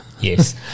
Yes